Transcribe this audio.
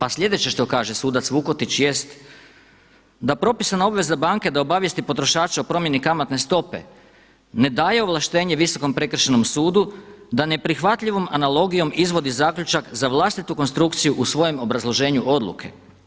A sljedeće što kaže sudac Vukotić jest da propisana obveza banke da obavijesti potrošača o promjeni kamatne stope ne daje ovlaštenje Visokom prekršajnom sudu da neprihvatljivom analogijom izvodi zaključak za vlastitu konstrukciju u svojem obrazloženju odluke.